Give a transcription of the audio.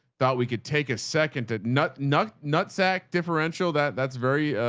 thought we could take a second to nut nut, nut sack differential. that that's very,